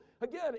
again